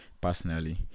personally